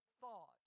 thought